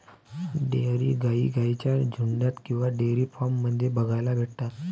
dairy गाई गाईंच्या झुन्डात किंवा डेयरी फार्म मध्ये बघायला भेटतात